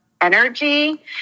energy